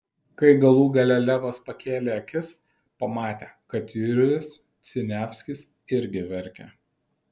kai galų gale levas pakėlė akis pamatė kad jurijus siniavskis irgi verkia